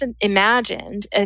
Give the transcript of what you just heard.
imagined